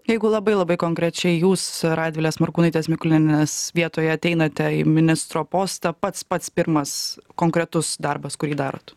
jeigu labai labai konkrečiai jūs radvilės morkūnaitės mikulėnienės vietoje ateinate į ministro postą pats pats pirmas konkretus darbas kurį darot